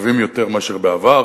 טובות יותר מאשר בעבר.